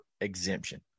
exemption